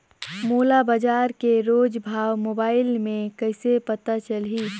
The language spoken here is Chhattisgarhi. मोला बजार के रोज भाव मोबाइल मे कइसे पता चलही?